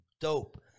dope